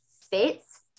fits